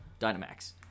Dynamax